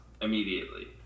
immediately